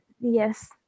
yes